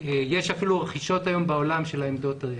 יש אפילו רכישות של העמדות האלה.